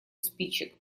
спичек